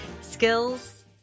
skills